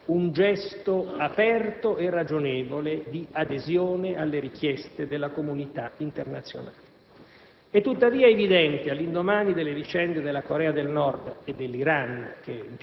Oggi riceveremo a Roma il capo dei negoziatori iraniani, Ali Larijani, e torneremo ad insistere con lui per chiedere all'Iran